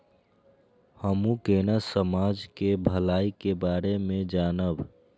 हमू केना समाज के भलाई के बारे में जानब?